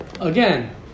again